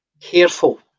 careful